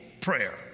prayer